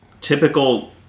typical